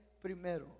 primero